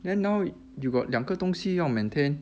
then now you got 两个东西要 maintain